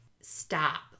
stop